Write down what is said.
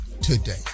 today